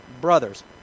brothers